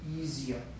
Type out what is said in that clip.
easier